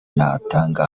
natanga